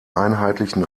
einheitlichen